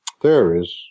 theories